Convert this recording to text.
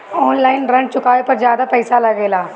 आन line ऋण चुकावे पर ज्यादा पईसा लगेला?